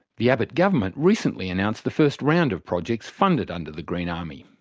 the abbott government recently announced the first round of projects funded under the green army.